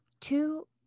two